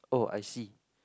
oh I see